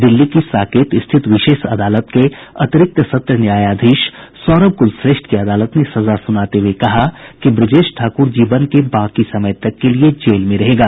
दिल्ली की साकेत स्थित विशेष अदालत के अतिरिक्त सत्र न्यायाधीश सौरभ कुलश्रेष्ठ की अदालत ने सजा सुनाते हुए कहा कि ब्रजेश ठाकुर जीवन के बाकी समय तक के लिए जेल में रहेगा